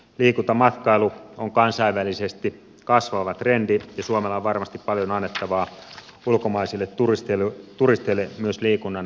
liikuntamatkailu on kansainvälisesti kasvava trendi ja suomella on varmasti paljon annettavaa ulkomaisille turisteille myös liikunnan alalla